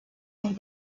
and